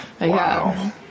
Wow